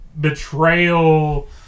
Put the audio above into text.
betrayal